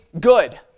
good